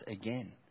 again